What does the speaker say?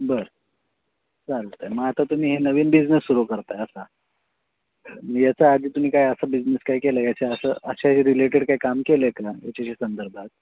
बरं चालत आहे मग आता तुम्ही हे नवीन बिझनेस सुरू करताय असा याच्या आधी तुम्ही काय असं बिझनेस काय केला आहे याच्या असं अशा रिलेटेड काय काम केलं आहे का याच्याशी संदर्भात